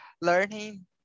learning